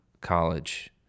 college